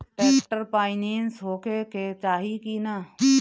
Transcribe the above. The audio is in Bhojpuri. ट्रैक्टर पाईनेस होखे के चाही कि ना?